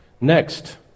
Next